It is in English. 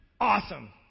awesome